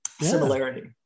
similarity